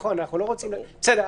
אנחנו לא רוצים בסדר,